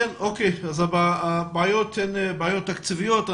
הבעיות הן בעיות תקציביות.